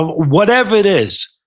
um whatever it is,